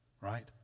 Right